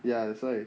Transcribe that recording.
ya that's why